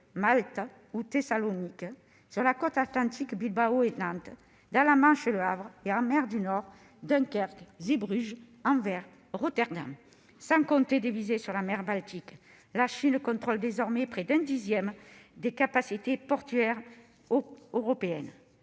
Malte ou Thessalonique ; sur la côte Atlantique, à Bilbao et Nantes ; dans la Manche, au Havre ; en mer du Nord, à Dunkerque, Zeebruges, Anvers, Rotterdam, sans compter des visées sur la mer Baltique. La Chine contrôle désormais près d'un dixième des capacités portuaires européennes.